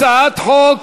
הצעת חוק